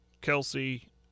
Kelsey